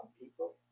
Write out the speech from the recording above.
people